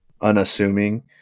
unassuming